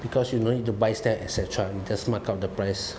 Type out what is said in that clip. because you don't need to buy stamp et cetera you just markup the price